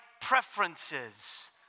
preferences